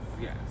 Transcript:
Yes